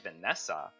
vanessa